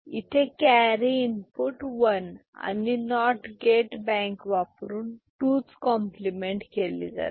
इथे carry input one आणि not gate bank वापरून 2s कॉम्प्लिमेंट 2s compliment केली जाते